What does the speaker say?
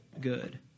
good